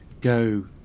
go